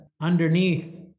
underneath